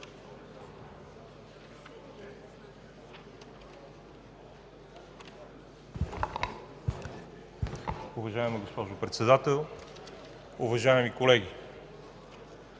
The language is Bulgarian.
Уважаема госпожо Председател, уважаеми колеги,